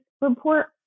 report